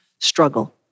struggle